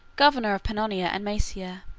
governor of pannonia and maesia